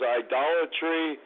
idolatry